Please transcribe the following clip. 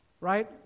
right